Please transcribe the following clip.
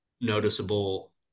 noticeable